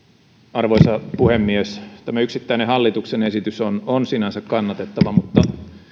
arvoisa puhemies tämä yksittäinen hallituksen esitys on on sinänsä kannatettava mutta